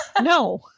no